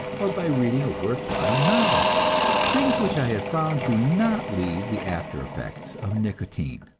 or by reading a worth-while novel things which i have found do not leave the after effects of nicotine.